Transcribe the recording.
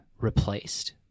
replaced